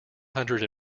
hundred